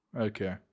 Okay